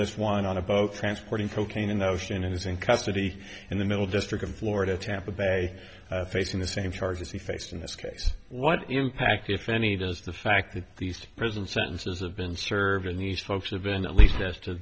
this one on a boat transporting cocaine in the ocean and is in custody in the middle district of florida tampa bay facing the same charges he faced in this case what impact if any does the fact that these two prison sentences have been served in these folks have been at least as to